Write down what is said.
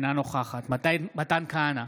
אינה נוכחת מתן כהנא,